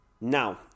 Now